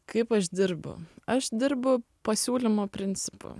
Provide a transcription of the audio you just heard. kaip aš dirbu aš dirbu pasiūlymo principu